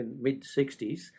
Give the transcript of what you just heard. mid-60s